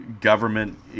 government